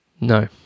No